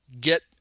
get –